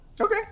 Okay